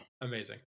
amazing